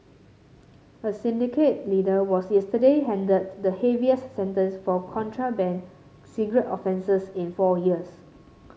a syndicate leader was yesterday handed the heaviest sentence for contraband cigarette offences in four years